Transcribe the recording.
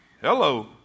Hello